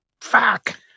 Fuck